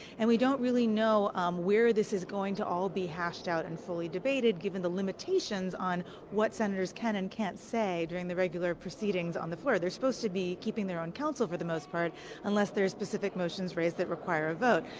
and we don't really know where this is going to all be hashed out and fully debated, given the limitations on what senators can and can't say during the regular proceedings on the floor. they're supposed to be keeping their own counsel for the most part unless there there are specific motions race that require a vote.